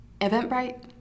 Eventbrite